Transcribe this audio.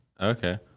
Okay